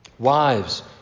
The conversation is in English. Wives